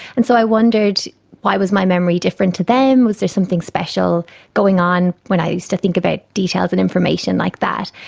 and so i wondered why was my memory different to them, was there something special going on when i used to think about details and information like that.